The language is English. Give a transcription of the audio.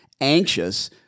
anxious